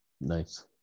nice